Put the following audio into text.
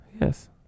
yes